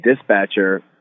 dispatcher